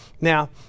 now